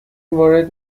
وارد